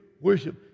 worship